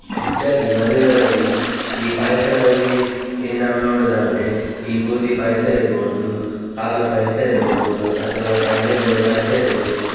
ಹೆಚ್ಚಾಗಿ ಮದುವೆಗಳಲ್ಲಿ ಈ ಪಾಯಸಗಳಲ್ಲಿ ನಾವು ನೋಡುವುದಾದ್ರೆ ಈ ಗೋಧಿ ಪಾಯಸ ಇರಬಹುದು ಹಾಲು ಪಾಯಸ ಇರಬಹುದು ಅಥವಾ ಕಡಲೆಬೇಳೆ ಪಾಯಸ ಇರಬಹುದು